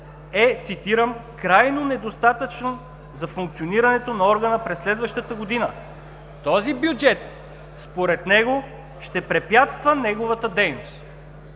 е – цитирам: „Крайно недостатъчно за функционирането на органа през следващата година“. Този бюджет, според него, ще препятства неговата дейност.